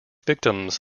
victims